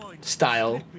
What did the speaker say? style